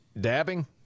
dabbing